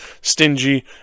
stingy